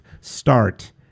start